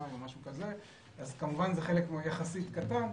אז כמובן שזה יחסית חלק קטן.